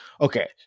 okay